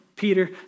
Peter